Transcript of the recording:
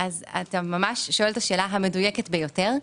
אתה שואל את השאלה המדויקת ביותר.